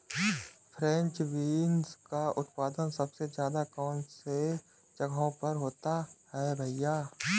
French beans का उत्पादन सबसे ज़्यादा कौन से जगहों पर होता है भैया?